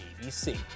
ABC